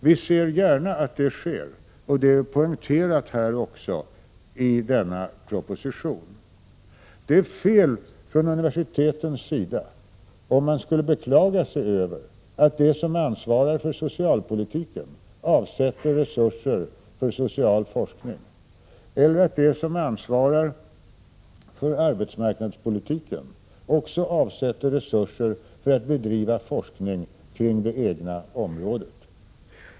Vi ser gärna att det sker, och det är poängterat också här i denna proposition. Det är fel från universitetens sida, om man skulle beklaga sig över att de som ansvarar för socialpolitiken avsätter resurser för social forskning eller att de som ansvarar för arbetsmarknadspolitiken också avsätter resurser för att bedriva forskning kring det egna området.